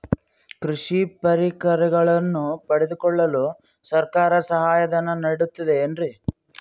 ಕೃಷಿ ಪರಿಕರಗಳನ್ನು ಪಡೆದುಕೊಳ್ಳಲು ಸರ್ಕಾರ ಸಹಾಯಧನ ನೇಡುತ್ತದೆ ಏನ್ರಿ?